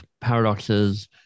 paradoxes